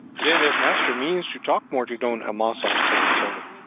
then if master means to talk more to don amasa, said the servant,